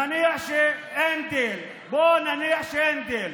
נניח שאין דיל, בואו נניח שאין דיל,